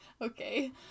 Okay